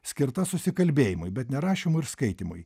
skirta susikalbėjimui bet ne rašymui ir skaitymui